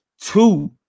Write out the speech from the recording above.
two